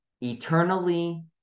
eternally